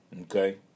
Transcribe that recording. Okay